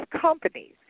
companies